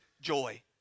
joy